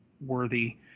worthy